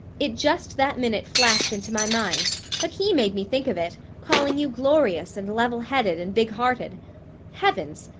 it just that minute flashed into my mind but he made me think of it, calling you glorious, and level headed and big hearted heavens!